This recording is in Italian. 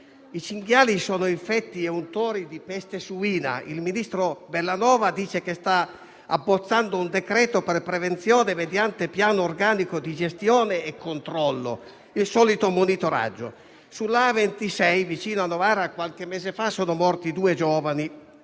i cinghiali sono infetti e untori di peste suina. Il ministro Bellanova dice che sta abbozzando un decreto per la prevenzione mediante un piano organico di gestione e controllo: il solito monitoraggio. Sulla A26, vicino a Novara, qualche mese fa sono morti due giovani